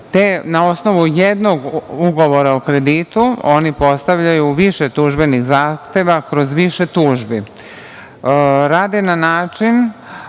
te na osnovu jednog ugovora o kreditu oni postavljaju više tužbenih zahteva kroz više tužbi. Rade na način,